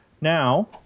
Now